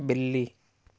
بلی